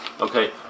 Okay